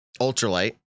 ultralight